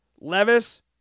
Levis